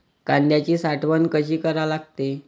कांद्याची साठवन कसी करा लागते?